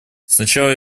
сначала